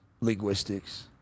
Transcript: linguistics